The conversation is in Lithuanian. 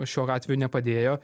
šiuo atveju nepadėjo